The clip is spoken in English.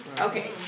okay